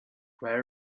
rare